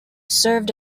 served